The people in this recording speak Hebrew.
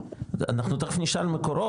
אנחנו תיכף נשאל את מקורות,